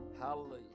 Hallelujah